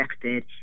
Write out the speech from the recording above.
affected